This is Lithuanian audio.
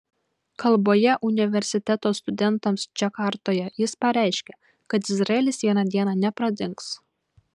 kalboje universiteto studentams džakartoje jis pareiškė kad izraelis vieną dieną nepradings